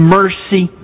mercy